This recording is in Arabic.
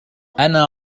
أنا